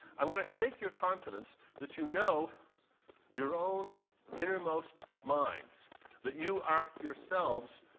i want to shake your confidence that you know your own innermost minds that you are, yourselves,